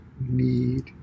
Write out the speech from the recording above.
need